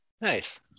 Nice